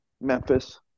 Memphis